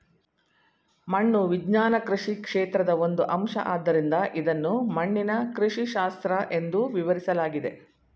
ಮಣ್ಣು ವಿಜ್ಞಾನ ಕೃಷಿ ಕ್ಷೇತ್ರದ ಒಂದು ಅಂಶ ಆದ್ದರಿಂದ ಇದನ್ನು ಮಣ್ಣಿನ ಕೃಷಿಶಾಸ್ತ್ರ ಎಂದೂ ವಿವರಿಸಲಾಗಿದೆ